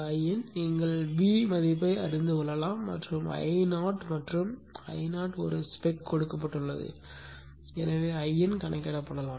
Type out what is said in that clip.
Iin நீங்கள் V மதிப்பை அறிந்து கொள்ளலாம் மற்றும் Io மற்றும் Io ஒரு ஸ்பெக் கொடுக்கப்பட்டுள்ளது எனவே Iin கணக்கிடப்படலாம்